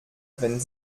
wenn